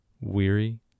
Weary